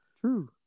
True